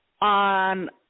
on